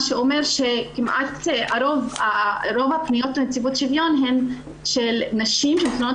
מה שאומר שכמעט רוב הפניות לנציבות שוויון הן של נשים שמתלוננות